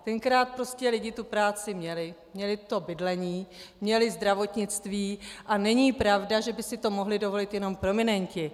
Tenkrát prostě lidi práci měli, měli bydlení, měli zdravotnictví a není pravda, že by si to mohli dovolit jenom prominenti.